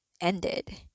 ended